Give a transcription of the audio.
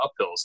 uphills